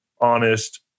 honest